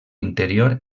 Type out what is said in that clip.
interior